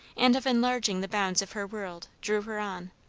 and of enlarging the bounds of her world, drew her on.